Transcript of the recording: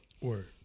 Word